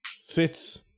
sits